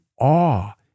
awe